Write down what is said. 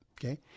Okay